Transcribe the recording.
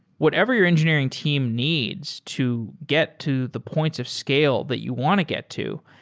whatever your engineering team needs to get to the points of scale that you want to get to,